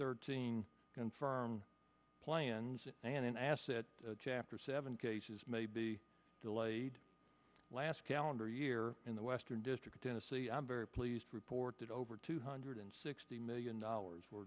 thirteen confirmed plans and an asset to chapter seven cases may be delayed last calendar year in the western district tennessee i'm very pleased to report that over two hundred sixty million dollars